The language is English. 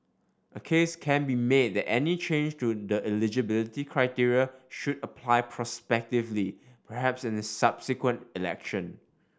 a case can be made that any change to the eligibility criteria should apply prospectively perhaps in the subsequent election